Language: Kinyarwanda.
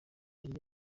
yari